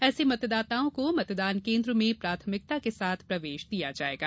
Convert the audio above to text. ऐसे मतदाताओं को मतदान केन्द्र में प्राथमिकता के साथ प्रवेश दिया जायेगा